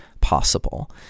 possible